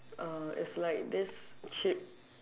uh it's like this chip